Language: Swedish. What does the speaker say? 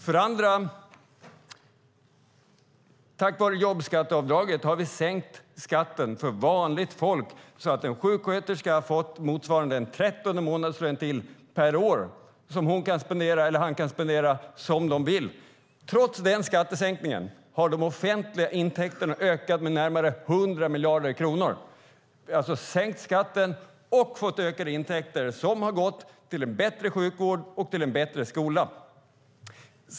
För det andra: Tack vare jobbskatteavdraget har vi sänkt skatten för vanligt folk så att en sjuksköterska har fått motsvarande en 13:e månadslön som man kan spendera som man vill. Trots denna skattesänkning har de offentliga intäkterna ökat med närmare 100 miljarder kronor. Vi har alltså sänkt skatten och fått ökade intäkter som har gått till en bättre sjukvård och skola.